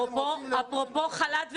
אפרופו חל"ת ומובטלים,